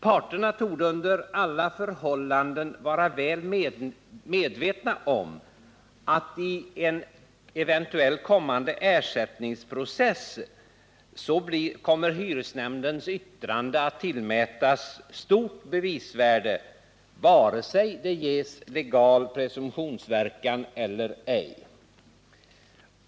Parterna torde under alla förhållanden vara väl medvetna om att hyresnämnuens yttrande i en eventuell ersättningsprocess kommer att tillmätas stort bevisvärde, vare sig det ges en legal presumtionsverkan eller ej.